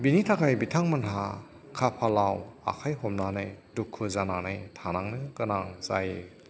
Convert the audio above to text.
बेनि थाखाय बिथांमोनहा खाफालाव आखाय हमनानै दुखु जानानै थानांनो गोनां जायो